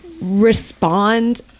respond